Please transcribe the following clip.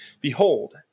Behold